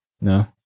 No